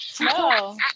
No